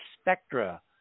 spectra